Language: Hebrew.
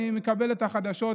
אני מקבל חדשות